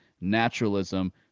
naturalism